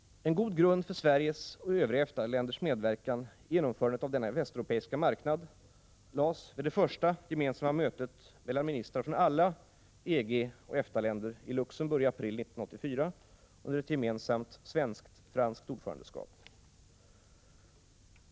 En god grund för Sveriges och övriga EFTA-länders medverkan i genomförandet av denna västeuropeiska marknad lades vid det första gemensamma mötet mellan ministrar från alla EG och EFTA-länder i Luxemburg i april 1984 under gemensamt svensk-franskt ordförandeskap.